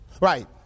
Right